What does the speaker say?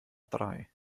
drei